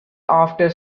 after